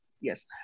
Yes